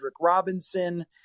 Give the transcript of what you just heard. Robinson